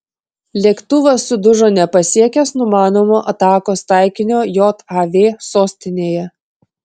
lėktuvas sudužo nepasiekęs numanomo atakos taikinio jav sostinėje